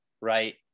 right